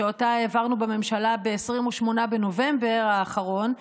שאותה העברנו בממשלה ב-28 בנובמבר האחרון,